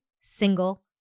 single